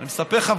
אני מספר לך,